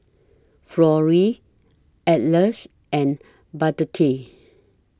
Florrie Atlas and Burdette